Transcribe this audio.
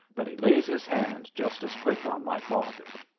but he lays his hand just as quick on my father.